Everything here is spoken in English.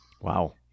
Wow